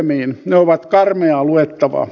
ne ovat karmeaa luettavaa